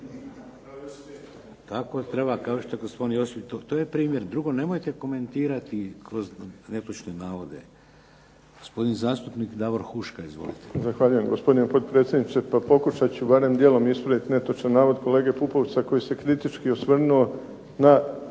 Tako treba kao što je gospodin Josip, drugo nemojte komentirati kroz netočne navode. Gospodin zastupnik Davor Huška, izvolite. **Huška, Davor (HDZ)** Zahvaljujem gospodine potpredsjedniče. Pa pokušat ću barem dijelom ispraviti netočan navod kolege Pupovca koji se kritički osvrnuo na